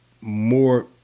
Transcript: more